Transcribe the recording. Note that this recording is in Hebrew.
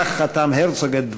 כך חתם הרצוג את דבריו,